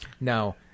Now